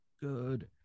good